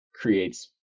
creates